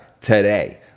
today